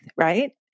right